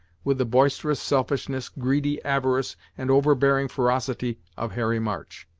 with the boisterous selfishness, greedy avarice, and overbearing ferocity of harry march.